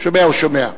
הוא שומע, הוא שומע.